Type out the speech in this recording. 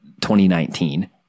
2019